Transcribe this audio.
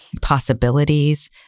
possibilities